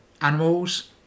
animals